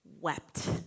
wept